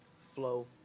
flow